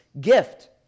gift